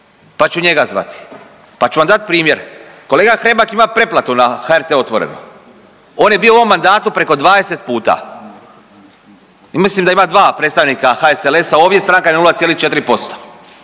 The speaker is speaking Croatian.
pa ću njega zvati, pa ću vam dat primjer. Kolega Hrebak ima preplatu na HRT „Otvoreno“, on je bio u ovom mandatu preko 20 puta i mislim da ima dva predstavnika HSLS-a, a ovdje stranka 0,4%.